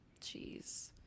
Jeez